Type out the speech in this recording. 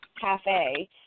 cafe